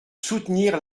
soutenir